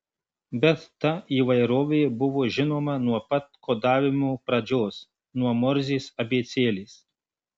bet ta įvairovė buvo žinoma nuo pat kodavimo pradžios nuo morzės abėcėlės